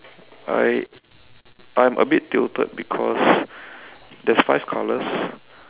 I I'm a bit tilted because there's five colours